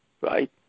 right